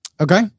Okay